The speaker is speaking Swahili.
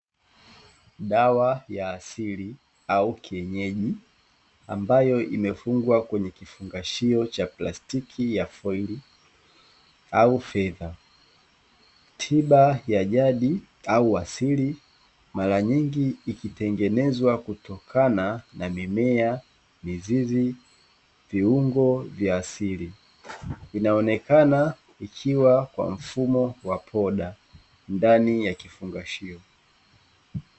Dawa ya asili au kienyeji ambayo imefungwa kwenye kifungashio cha plastiki ya foili au fedha. Tiba ya jadi au asili mara nyingi ikitengenezwa kutokana na mimea, mizizi, viungo vya asili; inaonekana ikiwa kwa mfumo wa poda ndani ya kifungashio.